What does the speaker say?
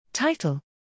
Title